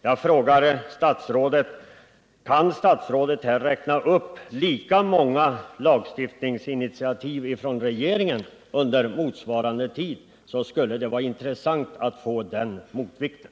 Jag vill fråga: Kan statsrådet här räkna upp lika många lagstiftningsinitiativ från regeringen under motsvarande tid? Det skulle vara intressant att få den motvikten.